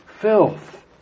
filth